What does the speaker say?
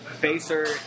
baser